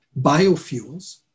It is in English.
biofuels